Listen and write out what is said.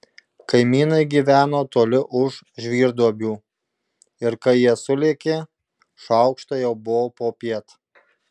kaimynai gyveno toli už žvyrduobių ir kai jie sulėkė šaukštai jau buvo popiet